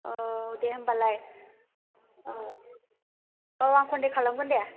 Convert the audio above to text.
औ दे होनब्लालाय औ औ आं कन्टेक्ट खालामगोन दे